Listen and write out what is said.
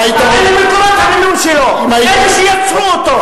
אלה מקורות המימון שלו, אלה שיצרו אותו.